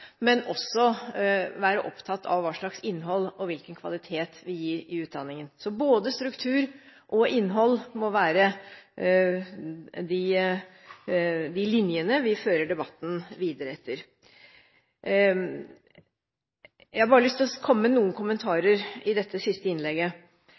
men også være opptatt av hva slags innhold og hvilken kvalitet vi gir i utdanningen. Så både struktur og innhold må være de linjene vi fører debatten videre etter. Jeg har bare lyst til å komme med noen